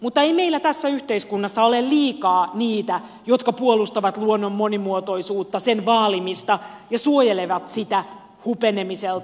mutta ei meillä tässä yhteiskunnassa ole liikaa niitä jotka puolustavat luonnon monimuotoisuutta sen vaalimista ja suojelevat sitä hupenemiselta